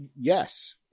Yes